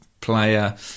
player